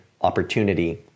opportunity